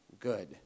Good